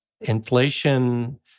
inflation